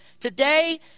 today